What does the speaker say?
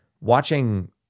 watching